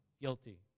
guilty